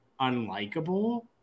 unlikable